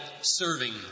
serving